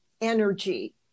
energy